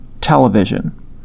television